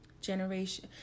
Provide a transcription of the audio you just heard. generation